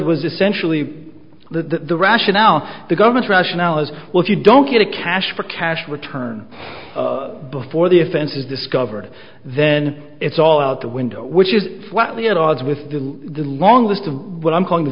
was essentially the rationale the government's rationale as well if you don't get a cash for cash return before the offense is discovered then it's all out the window which is flatly at odds with the long list of what i'm calling